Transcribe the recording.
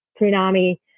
tsunami